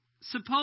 suppose